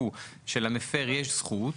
שלמפר יש זכות,